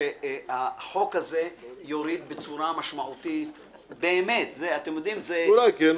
שהחוק הזה יוריד בצורה משמעותית --- אולי כן,